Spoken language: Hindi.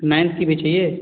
नाइन्थ की भी चाहिए